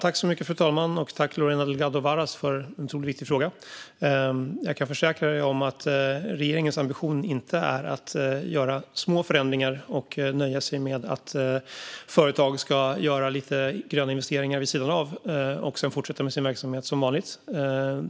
Fru talman! Tack, Lorena Delgado Varas, för en otroligt viktig fråga! Jag kan försäkra dig om att regeringens ambition inte är att göra små förändringar och nöja sig med att företag ska göra lite gröna investeringar vid sidan av och sedan fortsätta med sin verksamhet som vanligt.